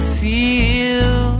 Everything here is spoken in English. feel